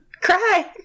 Cry